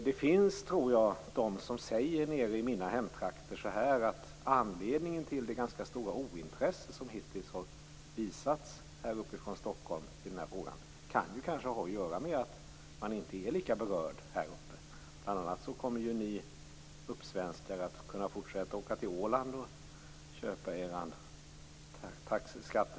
Det finns de i mina hemtrakter som säger att anledningen till det stora ointresset från Stockholm kan ha att göra med att man inte är lika berörd där. Ni uppsvenskar kommer att kunna fortsätta att åka till Åland och köpa skattebefriad sprit.